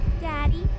daddy